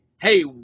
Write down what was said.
hey